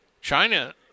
China